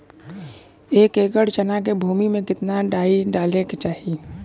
एक एकड़ चना के भूमि में कितना डाई डाले के चाही?